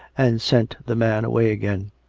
and sent the man away again.